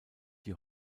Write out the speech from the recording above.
die